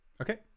Okay